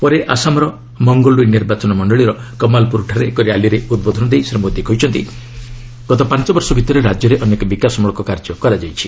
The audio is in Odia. ପରେ ଆସାମର ମଙ୍ଗଲଡୋଇ ନିର୍ବାଚନ ମଣ୍ଡଳୀର କମାଲ୍ପ୍ରରଠାରେ ଏକ ର୍ୟାଲିରେ ଉଦ୍ବୋଧନ ଦେଇ ଶ୍ରୀ ମୋଦି କହିଛନ୍ତି ଗତ ପାଞ୍ଚ ବର୍ଷ ଭିତରେ ରାଜ୍ୟରେ ଅନେକ ବିକାଶମୂଳକ କାର୍ଯ୍ୟ କରାଯାଇଛି